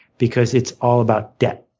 because it's all about debt.